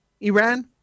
Iran